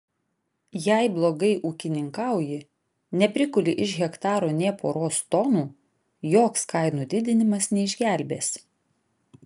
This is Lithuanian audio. jei blogai ūkininkauji neprikuli iš hektaro nė poros tonų joks kainų didinimas neišgelbės